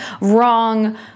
wrong